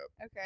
Okay